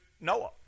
Noah